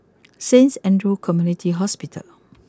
Saint Andrew's Community Hospital